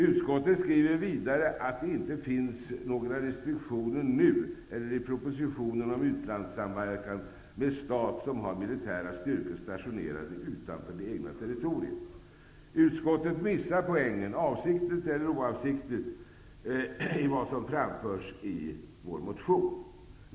Utskottet skriver vidare i betänkandet att det i propositionen inte finns några förslag på restriktioner om utlandssamverkan med stat som har militära styrkor stationerade utanför det egna territoriet. Utskottet missar poängen, avsiktligt eller oavsiktligt, i vad som framförs i vår motion.